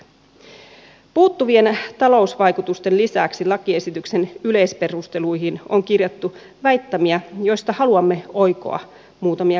puuttuvien talousvaikutusten lisäksi lakiesityksen yleisperusteluihin on kirjattu väittämiä joista haluamme oikoa muutamia keskeisimpiä